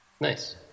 Nice